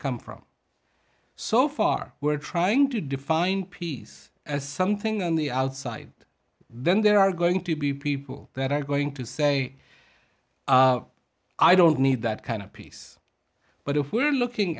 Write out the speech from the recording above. come from so far we're trying to define peace as something on the outside then there are going to be people that are going to say i don't need that kind of peace but if we're looking